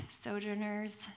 sojourners